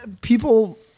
People